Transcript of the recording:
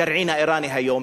הגרעין האירני היום,